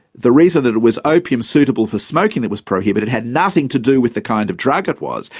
the reason that it was opium suitable for smoking that was prohibited had nothing to do with the kind of drug it was,